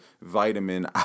vitamin